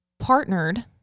partnered